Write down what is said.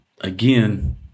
again